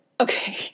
okay